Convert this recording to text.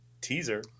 teaser